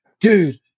Dude